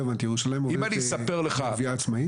לא הבנתי, ירושלים עובדת בגבייה עצמאית?